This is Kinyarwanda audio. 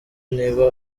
niba